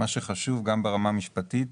מה שחשוב גם ברמה המשפטית,